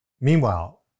Meanwhile